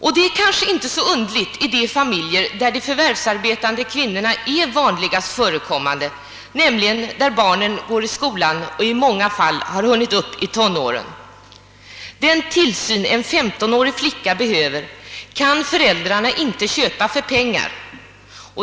Och detta är kanske inte så underligt, om så sker i familjer där de förvärvsarbetande kvinnorna är vanligast förekommande och där barnen går i skolan eller i många fall har hunnit upp i tonåren. Den tillsyn en femtonårig flicka behöver kan föräldrarna inte köpa för pengar.